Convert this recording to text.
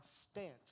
stance